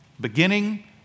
beginning